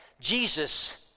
Jesus